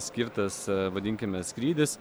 skirtas vadinkime skrydis